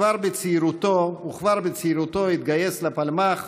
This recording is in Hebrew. וכבר בצעירותו התגייס לפלמ"ח